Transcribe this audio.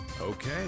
Okay